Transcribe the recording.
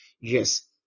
yes